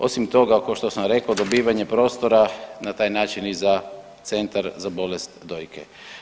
Osim toga košto sam rekao dobivanje prostora na taj način i za centar za bolest dojke.